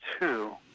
two